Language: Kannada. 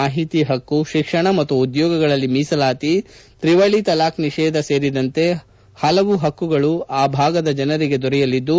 ಮಾಹಿತಿ ಹಕ್ಕು ಶಿಕ್ಷಣ ಮತ್ತು ಉದ್ಯೋಗಗಳಲ್ಲಿ ಮೀಸಲಾತಿ ತ್ರಿವಳಿ ತಲಾಖ್ ನಿಷೇಧ ಸೇರಿದಂತೆ ಹಲವು ಹಕ್ಕುಗಳು ಆ ಭಾಗದ ಜನರಿಗೆ ದೊರೆಯಲಿದ್ದು